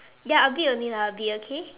ya a bit only lah a bit okay